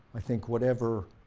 i think whatever